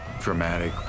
DRAMATIC